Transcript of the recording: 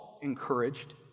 encouraged